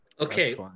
Okay